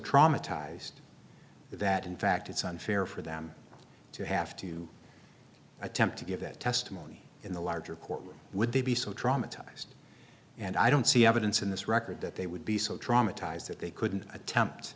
traumatized that in fact it's unfair for them to have to attempt to give that testimony in the larger courtroom would they be so traumatized and i don't see evidence in this record that they would be so traumatized that they couldn't attempt